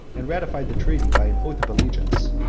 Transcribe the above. and ratified the treaty by an oath of allegiance,